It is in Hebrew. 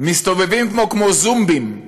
מסתובבים פה כמו זומבים,